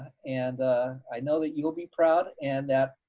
and i know that you'll be proud and that,